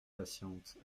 patiente